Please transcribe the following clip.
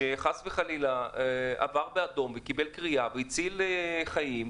שחס וחלילה עבר באדום אחרי שקיבל קריאה והציל חיים,